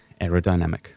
aerodynamic